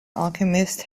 alchemist